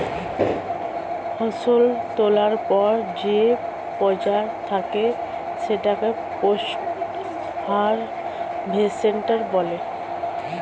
ফসল তোলার পর যে পর্যায় থাকে সেটাকে পোস্ট হারভেস্ট বলে